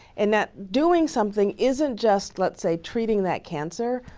and that doing something isn't just let's say, treating that cancer,